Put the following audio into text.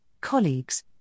colleagues